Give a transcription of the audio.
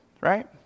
right